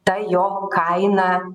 ta jo kaina